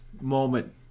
moment